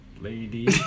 lady